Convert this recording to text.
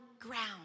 ground